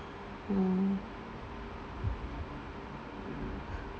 mm